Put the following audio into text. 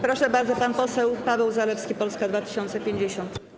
Proszę bardzo, pan poseł Paweł Zalewski, Polska 2050.